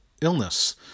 illness